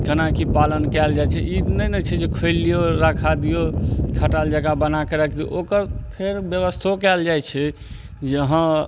केनाकि पालन कयल जाइ छै ई नहि नहि छै जे खोलि लियौ राखा दियौ खटाल जकाँ बनाके राखि दियौ ओकर फेर व्यवस्थो कयल जाइ छै जे हँ